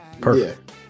perfect